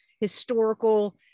historical